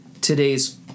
today's